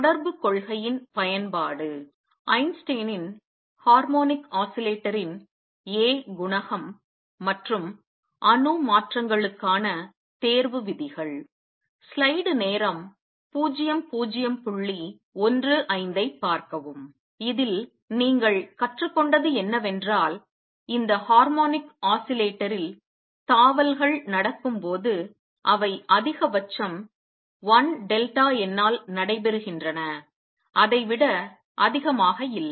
தொடர்புக் கொள்கையின் பயன்பாடு ஐன்ஸ்டீனின் ஹார்மோனிக் ஆஸிலேட்டரின் A குணகம் மற்றும் அணு மாற்றங்களுக்கான தேர்வு விதிகள் இதில் நீங்கள் கற்றுக்கொண்டது என்னவென்றால் இந்த ஹார்மோனிக் ஆஸிலேட்டரில் தாவல்கள் நடக்கும்போது அவை அதிகபட்சம் 1 டெல்டா n ஆல் நடைபெறுகின்றன அதை விட அதிகமாக இல்லை